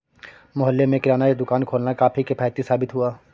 मोहल्ले में किराना दुकान खोलना काफी किफ़ायती साबित हुआ